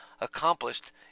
accomplished